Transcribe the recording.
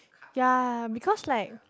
ya because like